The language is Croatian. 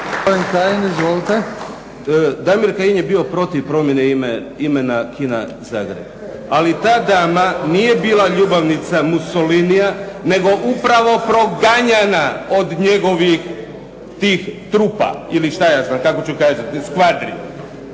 Damir Kajin je bio protiv promjene imena Kina Zagreb. Ali ta dama nije bila ljubavnica Mussolinija, nego upravo proganjana od njegovih tih trupa ili što ja znam kako ću kazati …